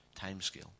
timescale